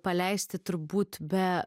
paleisti turbūt be